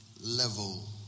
level